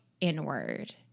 inward